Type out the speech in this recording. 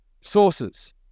sources